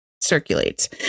circulates